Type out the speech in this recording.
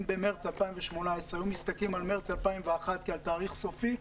אם במרץ 2018 היו מסתכלים על מרץ 2021 כעל תאריך סופי,